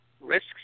risks